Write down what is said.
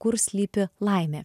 kur slypi laimė